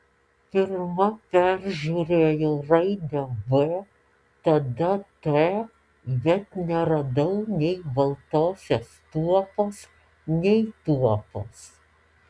pirma peržiūrėjau raidę b tada t bet neradau nei baltosios tuopos nei tuopos